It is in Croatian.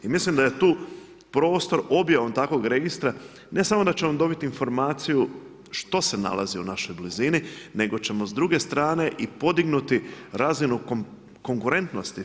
I mislim da je tu, prostor, objavom takvog registra, ne samo da će on dobiti informaciju, što se nalazi u našoj blizini, nego ćemo s druge strane i podignuti razinu konkurentnosti.